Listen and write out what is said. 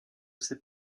ces